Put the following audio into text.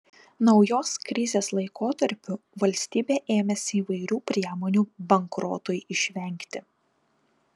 naujos krizės laikotarpiu valstybė ėmėsi įvairių priemonių bankrotui išvengti